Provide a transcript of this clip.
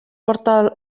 porta